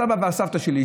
הסבא והסבתא שלי,